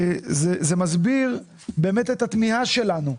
זה מסביר באמת את התמיהה שלנו.